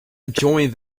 enjoying